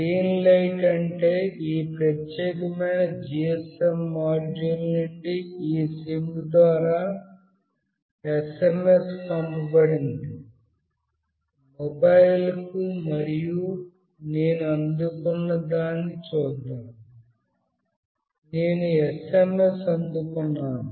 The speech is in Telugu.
గ్రీన్ లైట్ అంటే ఈ ప్రత్యేకమైన జిఎస్ఎమ్ మాడ్యూల్ నుండి ఈ సిమ్ ద్వారా ఎస్ఎంఎస్ పంపబడింది మొబైల్కు మరియు నేను అందుకున్నదాన్ని చూద్దాం నేను SMS అందుకొన్నాను